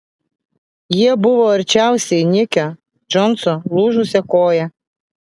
jie buvo arčiausiai nikio džonso lūžusia koja